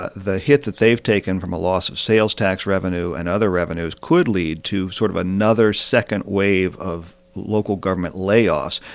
ah the hit that they've taken from a loss of sales tax revenue and other revenues could lead to sort of another second wave of local government layoffs.